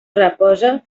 reposa